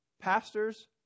pastors